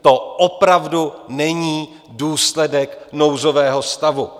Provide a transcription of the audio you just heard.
To opravdu není důsledek nouzového stavu.